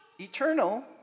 eternal